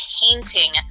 painting